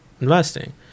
investing